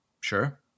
Sure